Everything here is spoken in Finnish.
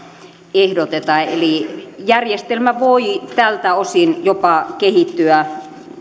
ehdotetaan eli järjestelmä voi tältä osin jopa kehittyä